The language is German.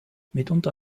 mitunter